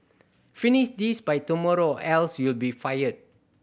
finish this by tomorrow else you'll be fired